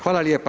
Hvala lijepa.